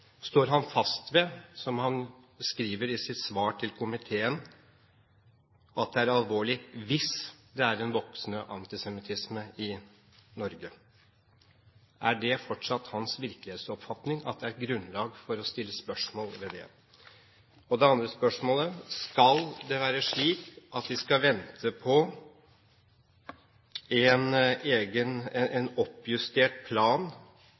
Står statsråden fast ved, som han skriver i sitt svar til komiteen, at det er alvorlig hvis det er en voksende antisemittisme i Norge? Er det fortsatt statsrådens virkelighetsoppfatning at det er grunnlag for å stille spørsmål ved det? Det andre spørsmålet er: Er det regjeringens holdning at vi skal vente på en oppjustert plan